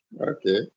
Okay